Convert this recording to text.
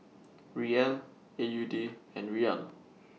Riel A U D and Riyal